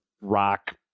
rock